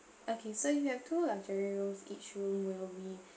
okay so you have two luxury room each room will be